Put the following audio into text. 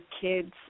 kids